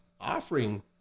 offering